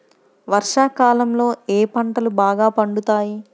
వర్షాకాలంలో ఏ పంటలు బాగా పండుతాయి?